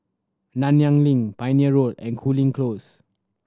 Nanyang Link Pioneer Road and Cooling Close